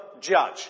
judge